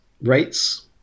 rates